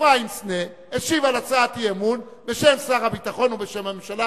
אפרים סנה השיב על הצעת אי-אמון בשם שר הביטחון ובשם הממשלה.